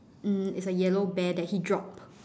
mm it's a yellow bear that he dropped